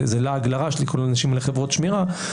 לעג לרש לקרוא לאנשים האלה חברות שמירה,